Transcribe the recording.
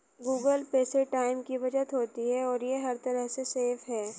Google Pay से time की बचत होती है और ये हर तरह से सेफ है